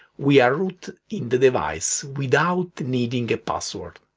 we are root in the device without needing a password!